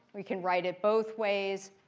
we can write it both ways.